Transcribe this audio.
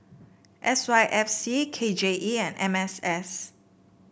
S Y F C K J E and M M S